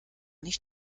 nicht